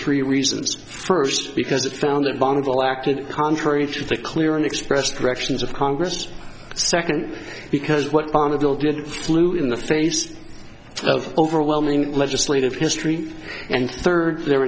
three reasons first because it founded bondal acted contrary to the clear and expressed directions of congress second because what bonneville did flew in the face of overwhelming legislative history and third the